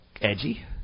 edgy